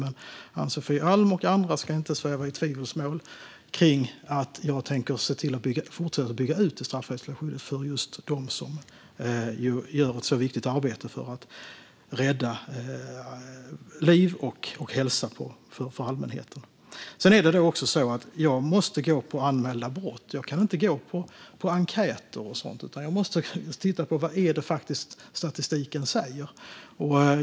Men Ann-Sofie Alm och andra ska inte sväva i tvivelsmål om att jag tänker fortsätta att bygga ut det straffrättsliga skyddet för just dem som gör ett så viktigt arbete för att rädda liv och hälsa för allmänheten. Sedan måste jag grunda mig på anmälda brott. Jag kan inte grunda mig på enkäter, utan jag måste titta på vad statistiken faktiskt säger.